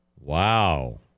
Wow